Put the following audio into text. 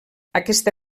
aquesta